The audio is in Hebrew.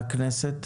והכנסת?